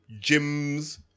gyms